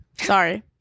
Sorry